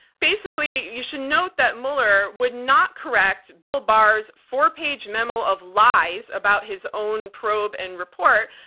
basically, you should note that mueller would not correct bill barr's four-page memo of lies about his own probe and report,